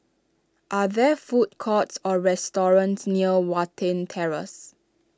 are there food courts or restaurants near Watten Terrace